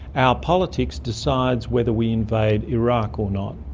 our politics decide whether we invade iraq or not,